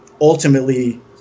ultimately